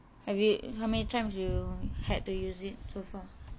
have you how many times you had to use it so far